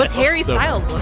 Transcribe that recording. but harry styles